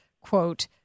quote